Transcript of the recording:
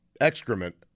excrement